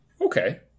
Okay